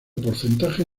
porcentaje